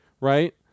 Right